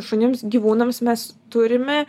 šunims gyvūnams mes turime